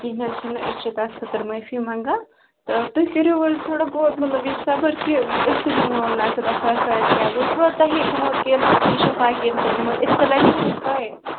کیٚنٛہہ نہَ حظ چھُنہٕ أسۍ چھِ تَتھ خٲطرٕ معٲفی منٛگان تہٕ تُہۍ کٔرِو حظ تھوڑا بہت مطلب